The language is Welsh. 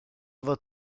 fod